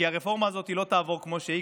כי הרפורמה הזאת לא תעבור כמו שהיא,